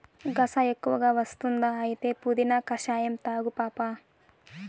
గస ఎక్కువ వస్తుందా అయితే పుదీనా కషాయం తాగు పాపా